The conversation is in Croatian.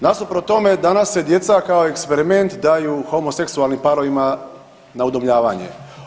Nasuprot tome danas se djeca kao eksperiment daju homoseksualnim parovima na udomljavanje.